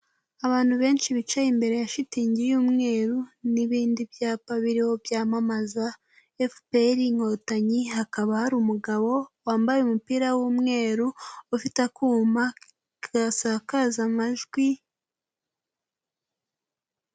Abantu benshi bicaye imbere ya shitingi y'umweru n'ibindi byapa biriho byamamaza FPR inkotanyi, hakaba hari umugabo wambaye umupira w'umweru ufite akuma kasakaza amajwi